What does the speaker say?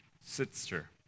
sister